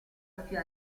più